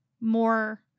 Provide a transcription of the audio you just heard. more